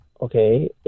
Okay